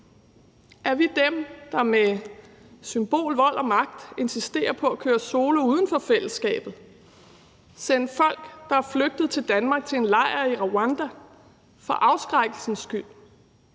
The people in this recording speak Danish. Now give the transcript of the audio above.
Er vi dem, der med symbol, vold og magt insisterer på at køre solo uden for fællesskabet, sende folk, der er flygtet til Danmark, til en lejr i Rwanda, for afskrækkelsens skyld,